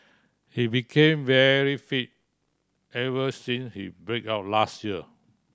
he became very fit ever since his break up last year